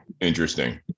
interesting